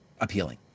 appealing